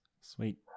Sweet